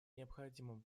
необходимым